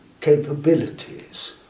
capabilities